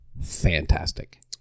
fantastic